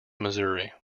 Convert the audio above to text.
missouri